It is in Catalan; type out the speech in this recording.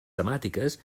temàtiques